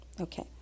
Okay